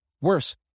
Worse